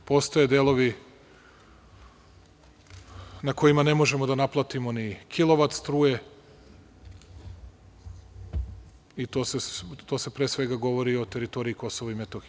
Postoje delovi na kojima ne možemo da naplatimo ni kilovat struje i pre svega se govori o teritoriji KiM.